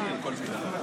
אדוני היושב-ראש,